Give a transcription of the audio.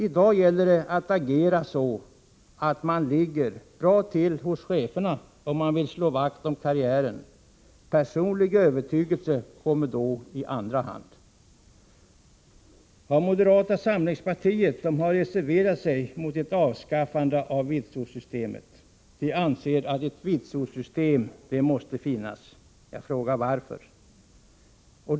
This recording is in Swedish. I dag gäller det att agera så att man ”ligger bra till” hos cheferna om man vill slå vakt om karriären. Personlig övertygelse kommer då i andra hand. Moderata samlingspartiet har reserverat sig mot ett avskaffande av vitsordssystemet. De anser att vitsord måste finnas. Jag frågar: Varför?